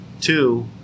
two